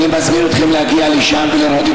אני מזמין אתכם להגיע לשם ולראות את